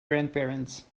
grandparents